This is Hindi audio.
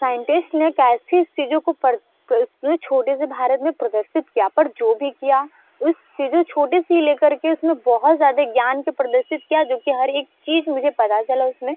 साइंटिस्ट ने कैसे इस चीज़ों को छोटे से भारत में प्रदर्शित किया पर जो भी किया उस चीज़ों छोटी सी लेकर के उसमें बहुत ज़्यादे ज्ञान के प्रदर्शित किया जो कि हर एक चीज़ मुझे पता चला उसमें